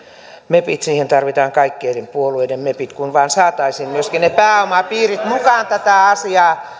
mepit siihen tarvitaan kaikkien eri puolueiden mepit kun vain saataisiin myöskin ne pääomapiirit mukaan tätä asiaa